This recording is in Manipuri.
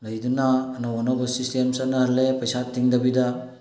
ꯂꯩꯗꯨꯅ ꯑꯅꯧ ꯑꯅꯧꯕ ꯁꯤꯁꯇꯦꯝ ꯆꯠꯅꯍꯜꯂꯦ ꯄꯩꯁꯥ ꯇꯤꯡꯗꯕꯤꯗ